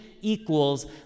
equals